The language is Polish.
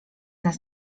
nas